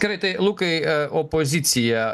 gerai tai lukai opozicija